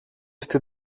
στην